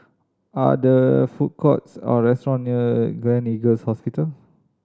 are there food courts or restaurant near Gleneagles Hospital